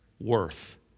Worth